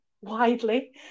widely